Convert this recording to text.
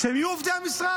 שהם יהיו עובדי המשרד.